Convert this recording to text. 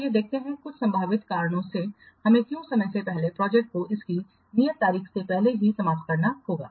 आइए देखते हैं कुछ संभावित कारणों में हमें क्यों समय से पहले प्रोजेक्ट को इसकी नियत तारीख से पहले ही समाप्त करना होगा